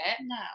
no